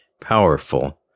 powerful